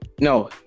no